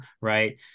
right